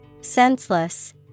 Senseless